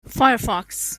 firefox